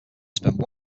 spend